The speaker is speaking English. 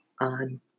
on